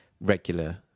regular